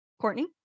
Courtney